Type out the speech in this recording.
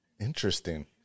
interesting